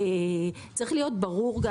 צריך להיות ברור,